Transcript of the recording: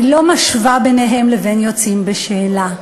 אני לא משווה ביניהם לבין יוצאים בשאלה.